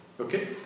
Okay